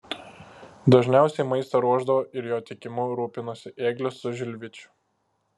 dažniausiai maistą ruošdavo ir jo tiekimu rūpinosi ėglis su žilvičiu